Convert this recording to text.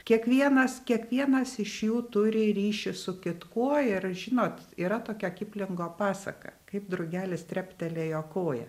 kiekvienas kiekvienas iš jų turi ryšį su kitkuo ir žinot yra tokia kiplingo pasaka kaip drugelis treptelėjo koja